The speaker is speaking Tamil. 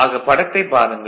ஆக படத்தைப் பாருங்கள்